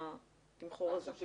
לפי